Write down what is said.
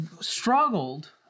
struggled